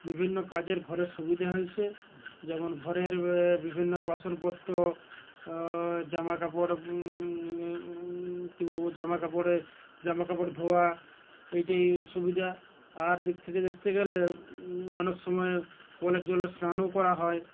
বিভিন্ন কাজের ঘরের সুবিধা হয়েছে যেমন ঘরের বিভিন্ন বাসনপত্র জামাকাপড় কী বলব জামাকাপড়ে জামকাপড় ধোয়া এইটাই সুবিধা আর দিক থেকে দেখতে গেলে অনেক সময় কলের জলে স্নানও করা হয়